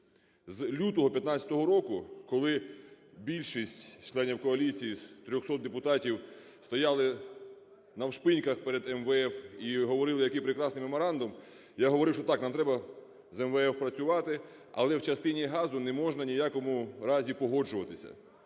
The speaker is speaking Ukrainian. З лютого 15-го року, коли більшість членів коаліції з трьохсот депутатів стояли навшпиньках перед МВФ і говорили, який прекрасний меморандум, я говорив, що так, нам треба з МВФ працювати, але в частині газу не можна ні в якому разі погоджуватися.